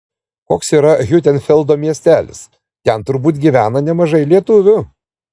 koks yra hiutenfeldo miestelis ten turbūt gyvena nemažai lietuvių